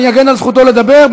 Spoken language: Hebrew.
אני אגן על זכותו לדבר,